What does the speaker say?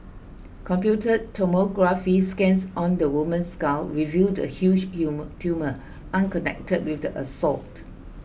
computed tomography scans on the woman's skull revealed a huge tumour unconnected with the assault